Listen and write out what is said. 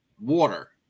water